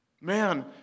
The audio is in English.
Man